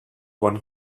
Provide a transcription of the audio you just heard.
one